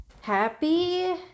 Happy